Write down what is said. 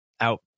out